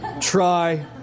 try